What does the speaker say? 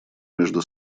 между